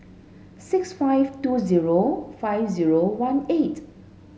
six five two zero five zero one eight